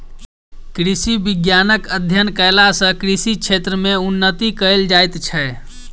कृषि विज्ञानक अध्ययन कयला सॅ कृषि क्षेत्र मे उन्नति कयल जाइत छै